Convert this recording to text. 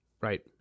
right